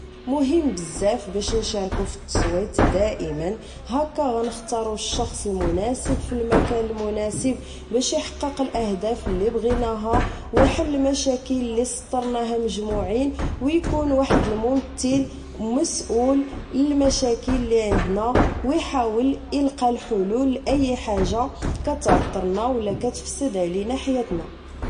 مهم بزاف باش نشاركو فالتصويت دائما هكا غنختارو الشخص المناسب فالمكان المناسب باش احقق الاهداف اللي بغينها و حل المشاكل اللي سطرنها مجموعين و كون واحد ممتل مسؤوللمشاكل اللي عندنا و حاول القا الحلول لاي حاجة كتعثرنا و لا كتفسد علينا حياتنا